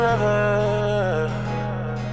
forever